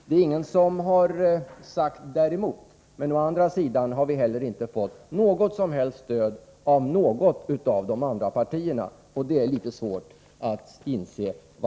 Det är ingen som har talat mot detta förslag, men å andra sidan har vi inte heller fått något som helst stöd av något av de andra partierna.